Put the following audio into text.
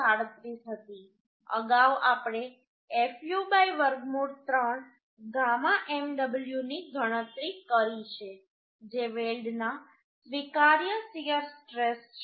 37 હતી અગાઉ આપણે fu વર્ગમૂળ 3 γ mw ની ગણતરી કરી છે જે વેલ્ડના સ્વીકાર્ય શીયર સ્ટ્રેસ છે